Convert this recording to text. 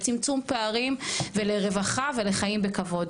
לצמצום פערים ולרווחה ולחיים בכבוד,